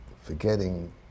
forgetting